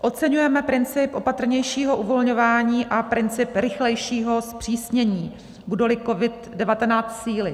Oceňujeme princip opatrnějšího uvolňování a princip rychlejšího zpřísnění, budeli COVID19 sílit.